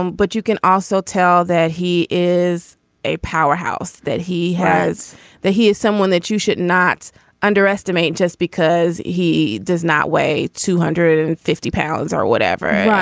um but you can also tell that he is a powerhouse that he has that he is someone that you should not underestimate just because he does not weigh two hundred and fifty pounds or whatever. yeah